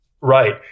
Right